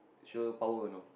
sure power you know